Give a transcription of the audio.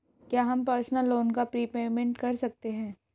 क्या हम personal loan का प्रीपेमेंट कर सकते हैं?